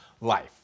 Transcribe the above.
life